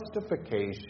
justification